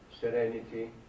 serenity